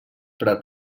prat